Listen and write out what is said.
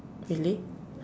really